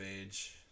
age